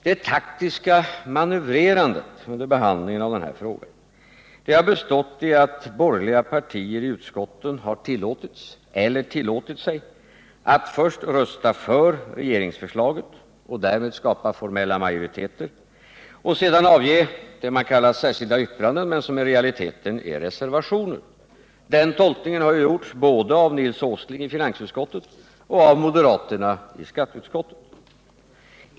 Det taktiska manövrerandet under behandlingen av det här ärendet har bestått i att borgerliga partier i utskottet har tillåtits eller tillåtit sig att först rösta för regeringsförslaget och därmed skapa formella majoriteter och sedan avge det man kallar särskilda yttranden men som i realiteten är reservationer. Den tolkningen har ju gjorts både av Nils Åsling i finansutskottet och av moderaterna i skatteutskottet.